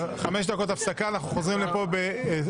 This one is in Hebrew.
חיילים שנספו במערכה (תגמולים ושיקום)